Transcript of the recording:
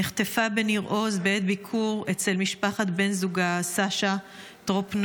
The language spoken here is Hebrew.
היא נחטפה בניר עוז בעת ביקור אצל משפחת בן זוגה סשה טרופנוב,